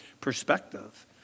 perspective